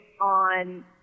on